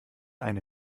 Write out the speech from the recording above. eine